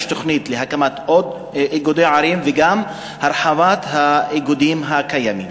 יש תוכנית להקמת עוד איגודי ערים וגם להרחבת האיגודים הקיימים.